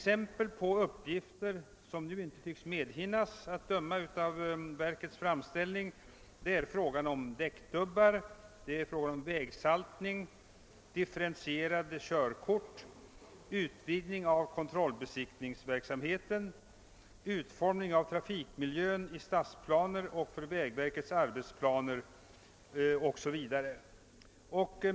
Exempel på uppgifter som nu inte tycks medhinnas är, att döma av verkets framställning, frågan om däckdubbar, vägsaltning, differentierade körkort, <utvidgning av kontrollbesiktningsverksamheten, utformning av trafikmiljön i stadsplaner och vägverkets arbetsplaner för vägar.